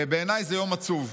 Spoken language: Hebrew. בעיניי זה יום עצוב.